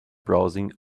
browsing